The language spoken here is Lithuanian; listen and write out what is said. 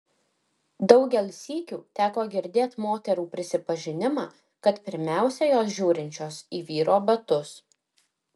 daugel sykių teko girdėt moterų prisipažinimą kad pirmiausia jos žiūrinčios į vyro batus